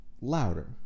louder